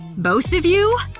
both of you?